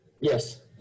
Yes